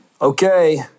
Okay